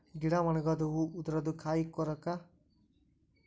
ಗಿಡಾ ಒಣಗುದು ಹೂ ಉದರುದು ಕಾಯಿ ಕೊರತಾ ಕೊರಕ್ಲಾ